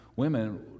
Women